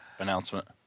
announcement